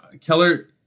Keller